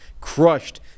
crushed